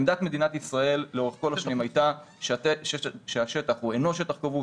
עמדת מדינת ישראל לאורך כל השנים הייתה שהשטח הוא אינו שטח כבוש,